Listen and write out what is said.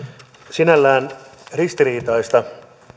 sinällään ristiriitaista